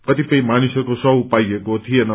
कतिपय मानिसहरूको शव पाइएको थिएन